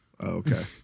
Okay